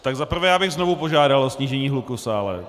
Tak za prvé bych znovu požádal o snížení hluku v sále.